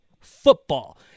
football